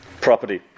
property